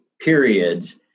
periods